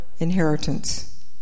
inheritance